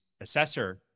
assessor